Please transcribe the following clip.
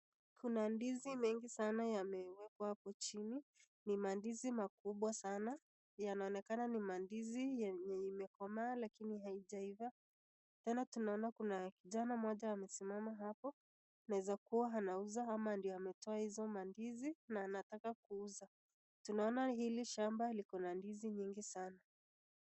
Kuna ndizi mingi sana yamewekwa hapo chini, ni mandizi makubwa sana, yanaonekana ni mandizi yenye yamekomaa lakini ni haijaiva, tena tunaona kuna kijana mmoja amesimama hapo, inaweza kuwa anauza ama ndiye ametoa hizo mandizi na anataka kuuza, tunaona hili shamba liko na ndizi mingi sana.